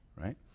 right